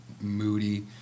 moody